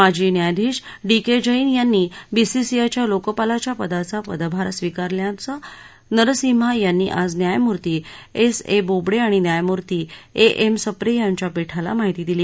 माजी न्यायाधीश D K Jain यांनी बीसीसीआयच्या लोकपालाच्या पदाचा पदभार स्वीकारल्याचं नरसिम्हा यांनी आज न्यायमूर्ती एस ए बोबडे आणि न्यायमूर्ती ए एम सप्रे यांच्या पीठाला माहिती दिली